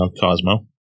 Cosmo